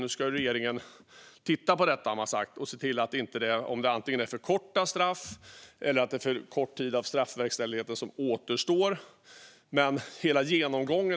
Nu har regeringen sagt att den ska titta på detta och se om det antingen är för korta straff eller om det är för kort tid som återstår av straffverkställigheten.